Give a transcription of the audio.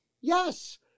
Yes